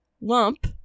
Lump